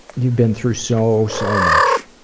you've been through so, so much.